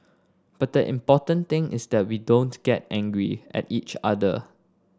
but the important thing is that we don't get angry at each other